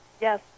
Yes